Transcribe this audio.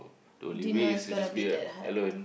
did you know it's gonna be that hard